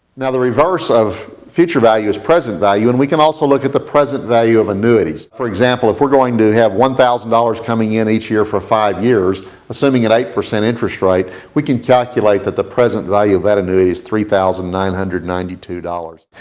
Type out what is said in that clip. now the reverse of future value is present value and we can also look at the present value of annuities. for example, if we're going to have one thousand dollars coming in each year for five years assuming at eight percent interest rate, we can calculate that the present value of annuity is three thousand nine hundred and ninety two dollars.